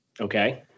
Okay